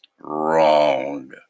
Wrong